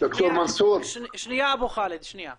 יש, וכנראה היא תוגבר בתקופה שיש לחץ כלכלי.